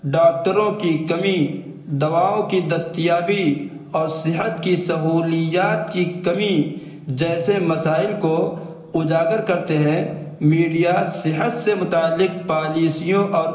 ڈاکٹروں کی کمی دواؤں کی دستیابی اور صحت کی سہولیات کی کمی جیسے مسائل کو اجاگر کرتے ہیں میڈیا سے متعلق پالیسیوں اور